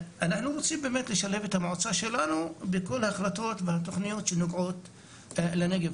אנחנו רוצים לשלב את המועצה שלנו בכל ההחלטות והתוכניות שנוגעות לנגב.